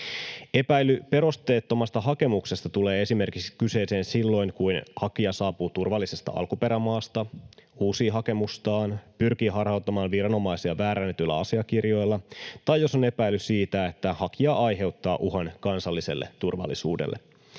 Epäily perusteettomasta hakemuksesta tulee kyseeseen esimerkiksi silloin, kun hakija saapuu turvallisesta alkuperämaasta, uusii hakemustaan, pyrkii harhauttamaan viranomaisia väärennetyillä asiakirjoilla tai jos on epäily siitä, että hakija aiheuttaa uhan kansalliselle turvallisuudelle.